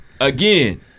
Again